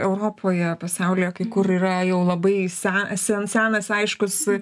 europoje pasaulyje kai kur yra jau labai se sen senas aiškus